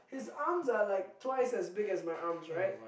his arms are like twice as big as my arms right